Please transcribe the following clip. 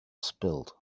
spilled